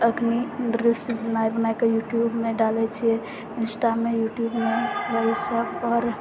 एखन रील्स बना बनाके यूट्यूबमे डालै छिए इंस्टामे यूट्यूबमे वएहसब आओर